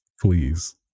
Please